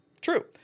True